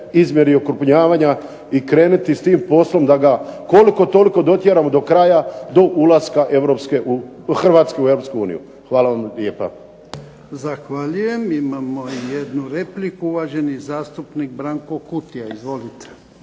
izmjeri okrupnjavanja i krenuti s tim poslom da ga koliko toliko dotjeramo do kraja, do ulaska Hrvatske u Europsku uniju. Hvala vam lijepa. **Jarnjak, Ivan (HDZ)** Zahvaljujem. Imamo jednu repliku. Uvaženi zastupnik Branko Kutija, izvolite.